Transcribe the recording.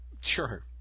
sure